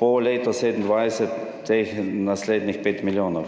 po letu 2027 teh naslednjih 5 milijonov.